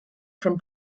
from